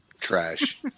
trash